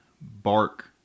bark